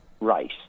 race